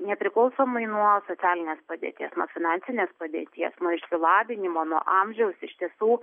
nepriklausomai nuo socialinės padėties nuo finansinės padėties išsilavinimo nuo amžiaus iš tiesų